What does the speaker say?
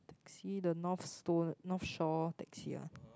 see the north stone North Shore taxi ah